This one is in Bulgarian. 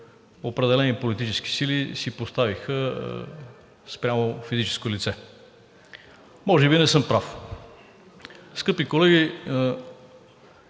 определени политически сили си поставиха спрямо физическо лице. Може би не съм прав. Скъпи колеги,